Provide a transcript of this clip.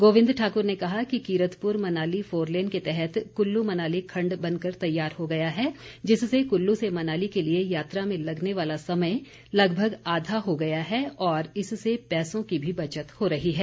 गोविंद ठाकुर ने कहा कि कीरतपुर मनाली फोरलेन के तहत कुल्लू मनाली न्यू खंड बनकर तैयार हो गया है जिससे कुल्लू से मनाली के लिए यात्रा में लगने वाला समय लगभग आधा हो गया है और इससे लोगों के पैसों की भी बचत हो रही है